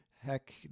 Heck